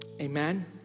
Amen